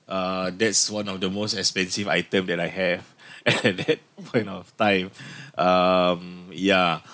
uh that's one of the most expensive item that I have at that point of time um yeah